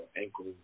ankle